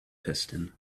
piston